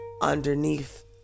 underneath